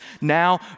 now